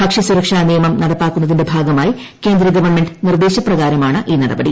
ഭക്ഷ്യസുരക്ഷാ നിയമം നടപ്പാക്കുന്നതിന്റെ ഭാഗമായി കേന്ദ്ര ഗവൺമെന്റ് നിർദ്ദേശപ്രകാരമാണ് ഈ നടപടി